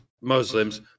Muslims